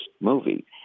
movie